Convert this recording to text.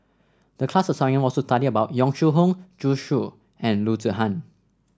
the class assignment was to study about Yong Shu Hoong Zhu Xu and Loo Zihan